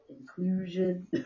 inclusion